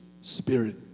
spirit